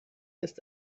ist